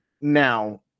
now